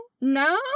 no